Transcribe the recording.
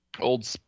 Old